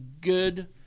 good